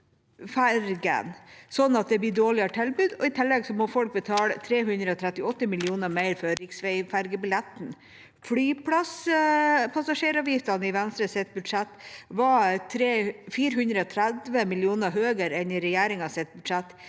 at det blir et dårligere tilbud, og i tillegg må folk betale 338 mill. kr mer for riksveiferjebilletten. Flypassasjeravgiftene i Venstres budsjett var 430 mill. kr høyere enn i regjeringas budsjett.